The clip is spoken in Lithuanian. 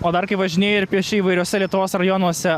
o dar kai važinėji ir pieši įvairiuose lietuvos rajonuose